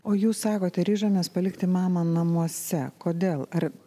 o jūs sakote ryžomės palikti mamą namuose kodėl ar